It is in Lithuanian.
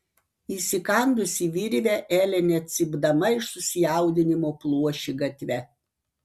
įsikandusi virvę elė net cypdama iš susijaudinimo pluošė gatve